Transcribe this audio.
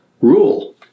rule